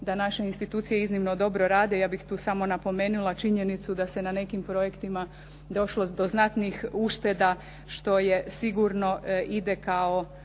da naše institucije iznimno dobro rade. Ja bih tu samo napomenula činjenicu da se na nekim projektima došlo do znatnih ušteda što je sigurno ide kao